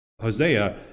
Hosea